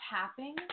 tapping